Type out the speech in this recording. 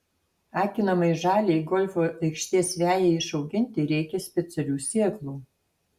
akinamai žaliai golfo aikštės vejai išauginti reikia specialių sėklų